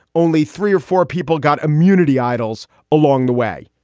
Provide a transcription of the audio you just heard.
only three or four people got immunity idols along the way.